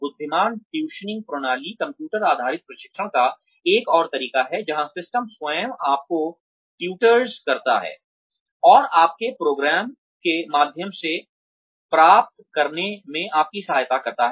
बुद्धिमान ट्यूशनिंग प्रणाली कंप्यूटर आधारित प्रशिक्षण का एक और तरीका है जहां सिस्टम स्वयं आपको ट्यूटर्स करता है और आपके प्रोग्राम के माध्यम से प्राप्त करने में आपकी सहायता करता है